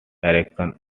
direction